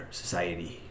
society